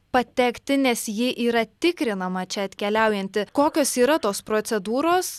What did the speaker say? patekti nes ji yra tikrinama čia atkeliaujanti kokios yra tos procedūros